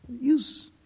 use